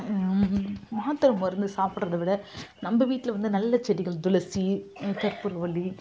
மாத்திரை மருந்து சாப்பிடறத விட நம்ப வீட்டில் வந்து நல்ல செடிகள் துளசி கற்பூரவல்லி